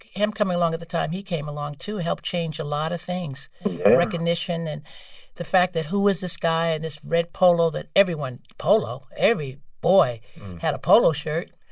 him coming along at the time he came along too helped change a lot of things yeah and recognition, and the fact that who was this guy in this red polo that everyone polo? every boy had a polo shirt,